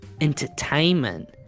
entertainment